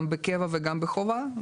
גם בקבע וגם בחובה.